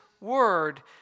word